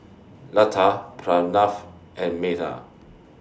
Lata Pranav and Medha